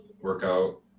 workout